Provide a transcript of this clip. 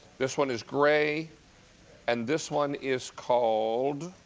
this one is gray and this one is called